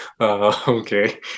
Okay